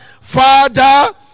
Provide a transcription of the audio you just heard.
Father